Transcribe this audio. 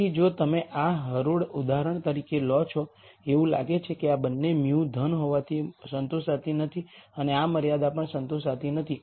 તેથી જો તમે આ હરોળ ઉદાહરણ તરીકે લો છો એવું લાગે છે કે આ બંને μ ધન હોવાથી સંતોષાતી નથી અને આ મર્યાદા પણ સંતોષાતી નથી